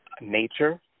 nature